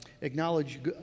acknowledge